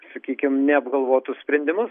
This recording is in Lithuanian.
sakykim neapgalvotus sprendimus